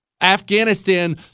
Afghanistan